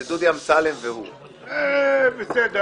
זה דודי אמסלם והוא יואל חסון.